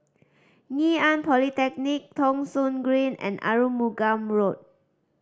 Ngee Ann Polytechnic Thong Soon Green and Arumugam Road